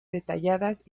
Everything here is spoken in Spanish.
detalladas